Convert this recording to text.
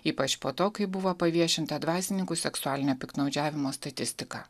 ypač po to kai buvo paviešinta dvasininkų seksualinio piktnaudžiavimo statistika